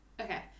Okay